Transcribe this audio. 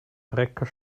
trecker